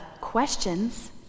questions